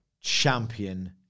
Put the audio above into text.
champion